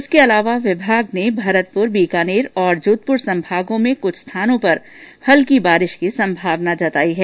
इसके अलावा विभाग ने भरतपुर बीकानेर और जोधपुर संभागों में कुछ स्थानों पर हल्की बारिश की संभावना जताई है